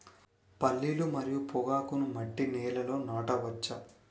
పల్లీలు మరియు పొగాకును మట్టి నేలల్లో నాట వచ్చా?